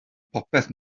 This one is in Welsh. popeth